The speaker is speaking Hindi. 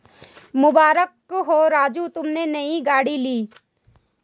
मुबारक हो राजू तुमने नया गाड़ी लिया